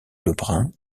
lebrun